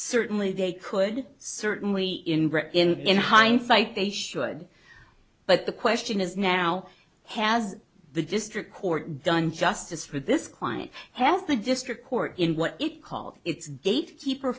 certainly they could certainly in in in hindsight they should but the question is now has the district court done justice for this client has the district court in what it called its date keeper